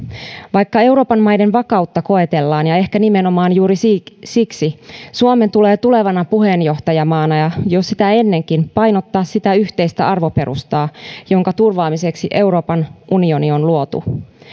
vaikka euroopan maiden vakautta koetellaan ja ehkä nimenomaan juuri siksi suomen tulee tulevana puheenjohtajamaana ja jo sitä ennenkin painottaa sitä yhteistä arvoperustaa jonka turvaamiseksi euroopan unioni on luotu